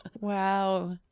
Wow